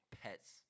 pets